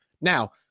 Now